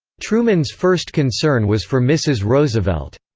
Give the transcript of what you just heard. truman's first concern was for mrs. roosevelt.